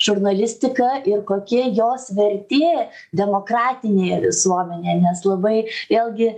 žurnalistika ir kokia jos vertė demokratinėje visuomenėje nes labai vėlgi